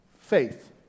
faith